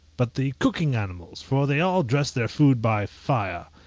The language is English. but the cooking animals, for they all dress their food by fire,